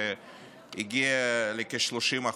שהגיעה לכ-30%.